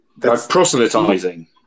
Proselytizing